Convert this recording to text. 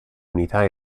unità